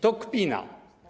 To kpina.